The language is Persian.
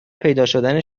پیداشدن